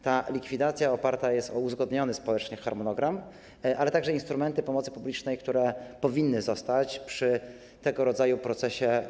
Ta likwidacja oparta jest o uzgodniony społecznie harmonogram, ale także instrumenty pomocy publicznej, które powinny zostać uruchomione przy tego rodzaju procesie.